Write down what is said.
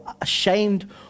ashamed